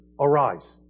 Arise